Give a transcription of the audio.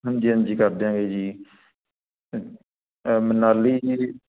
ਹਾਂਜੀ ਹਾਂਜੀ ਕਰ ਦਿਆਂਗੇ ਜੀ ਅ ਮਨਾਲੀ ਜੀ ਦੀ